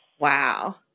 Wow